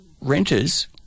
renters